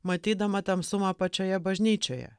matydama tamsumą pačioje bažnyčioje